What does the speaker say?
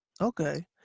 Okay